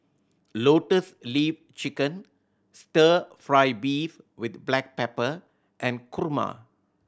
Lotus Leaf Chicken Stir Fry beef with black pepper and kurma